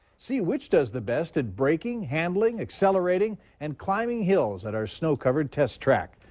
see which does the best at braking, handling, accelerating and climbing hills at our snow-covered test track.